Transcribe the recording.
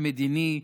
המדיני,